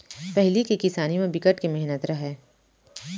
पहिली के किसानी म बिकट के मेहनत रहय